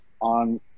on